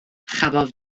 chafodd